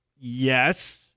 Yes